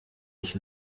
ich